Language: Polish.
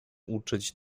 uczyć